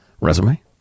resume